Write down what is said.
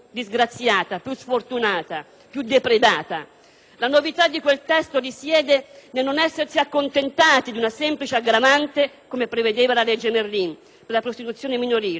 La novità di quel testo risiede nel non essersi accontentati di una semplice aggravante, come prevedeva la legge Merlin, la prostituzione minorile, ma di trattare quest'ultima non solo